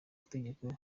itegeko